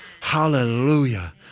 Hallelujah